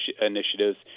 initiatives